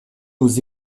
aux